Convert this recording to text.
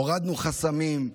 הורדנו חסמים,